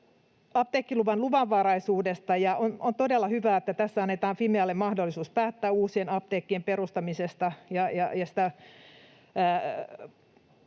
apteekkiluvan luvanvaraisuudesta: On todella hyvä, että tässä annetaan Fimealle mahdollisuus päättää uusien apteekkien perustamisesta,